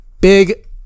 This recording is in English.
big